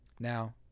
Now